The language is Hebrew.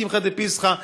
קמחא דפסחא,